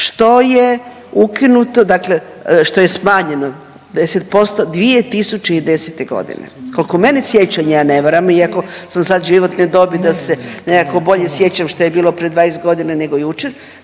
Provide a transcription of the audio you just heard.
što je ukinuto, dakle što je smanjeno 10% 2010. godine. Koliko mene sjećanje a ne vara me, iako sam sad životne dobi da se nekako bolje sjećam što je bilo pred 20 godina nego jučer